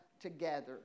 together